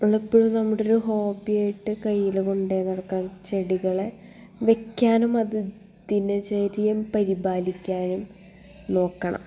അതെപ്പോഴും നമ്മുടെ ഒരു ഹോബിയായിട്ട് കയ്യിൽക്കൊണ്ടു നടക്കുക ചെടികളെ വെയ്ക്കാനും അത് ദിനചര്യയും പരിപാലിക്കാനും നോക്കണം